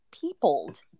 peopled